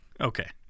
Okay